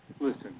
Listen